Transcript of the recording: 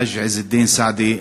חאג' עז א-דין סעדי,